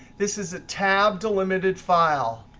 this is a tab delimited file.